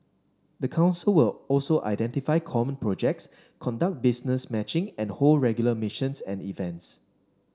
the council will also identify common projects conduct business matching and hold regular missions and events